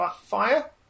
fire